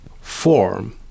form